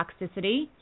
toxicity